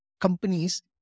companies